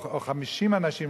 או 50 אנשים,